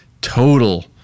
Total